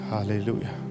Hallelujah